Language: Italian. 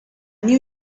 new